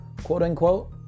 quote-unquote